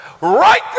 right